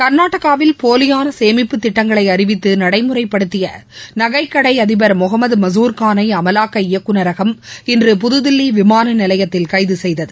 கர்நாடகாவில் போலியான சேமிப்பு திட்டங்களை அறிவித்து நடைமுறைப்படுத்திய நகைக்கடை அதிபர் முகம்மது மசூர்கானை அமலாக்க இயக்குநரகம் இன்று புதுதில்லி விமான நிலையத்தில் கைது செய்தது